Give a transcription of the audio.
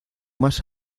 más